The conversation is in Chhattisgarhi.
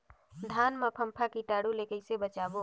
धान मां फम्फा कीटाणु ले कइसे बचाबो?